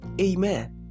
Amen